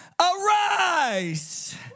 Arise